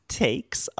takes